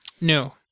No